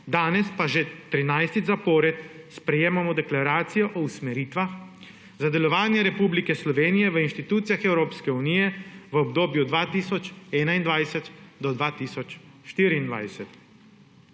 danes pa že 13. zapored sprejemamo deklaracijo o usmeritvah za delovanje Republike Slovenije v institucijah Evropske unije v obdobju 2021–2024.